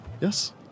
Yes